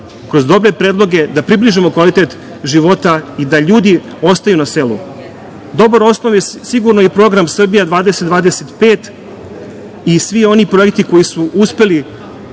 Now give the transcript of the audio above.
kroz dobre predloge, da približimo kvalitet života i da ljudi ostaju na selu. Dobar osnov je sigurno i „Srbija 20-25“ i svi oni projekti koji su uspeli